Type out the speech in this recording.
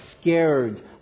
scared